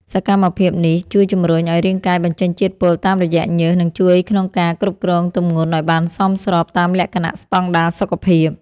សកម្មភាពនេះជួយជម្រុញឱ្យរាងកាយបញ្ចេញជាតិពុលតាមរយៈញើស និងជួយក្នុងការគ្រប់គ្រងទម្ងន់ឱ្យបានសមស្របតាមលក្ខណៈស្តង់ដារសុខភាព។